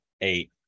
eight